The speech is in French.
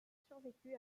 survécu